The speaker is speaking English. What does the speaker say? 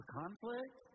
conflict